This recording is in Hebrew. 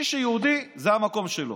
מי שיהודי זה המקום שלו.